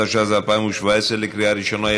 התשע"ז 2017, לקריאה ראשונה.